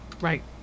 Right